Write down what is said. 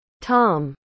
Tom